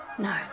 No